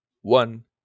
one